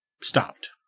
stopped